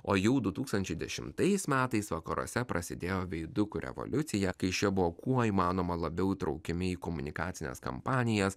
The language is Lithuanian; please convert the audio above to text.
o jųau du tūkstančiai dešimtais metais vakaruose prasidėjo veidukų revoliucija kai šie buvo kuo įmanoma labiau įtraukiami į komunikacines kampanijas